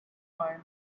find